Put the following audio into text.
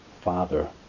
father